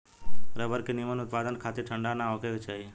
rubber के निमन उत्पदान खातिर ठंडा ना होखे के चाही